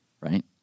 right